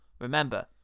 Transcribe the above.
Remember